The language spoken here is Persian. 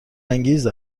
انگیز